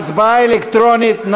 הצבעה אלקטרונית.